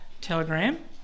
Telegram